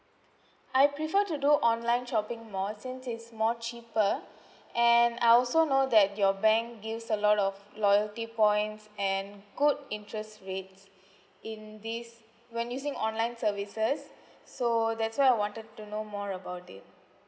I prefer to do online shopping mall since is more cheaper and I also know that your bank gives a lot of loyalty points and good interest rates in this when using online services so that's why I wanted to know more about it